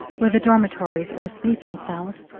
were the dormitories, or sleeping-cells,